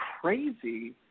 crazy